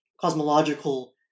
cosmological